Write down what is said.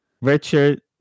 Richard